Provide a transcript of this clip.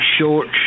Short